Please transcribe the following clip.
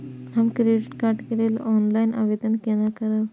हम credit card के लेल ऑनलाइन आवेदन केना करब?